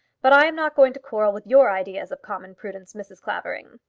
but i am not going to quarrel with your ideas of common prudence, mrs. clavering.